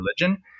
religion